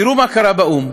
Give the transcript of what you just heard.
תראו מה קרה באו"ם,